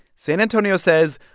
san antonio says,